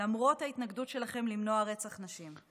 למרות ההתנגדות שלכם למנוע רצח נשים.